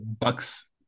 Bucks